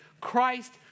Christ